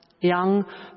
young